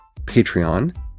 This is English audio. Patreon